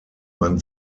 man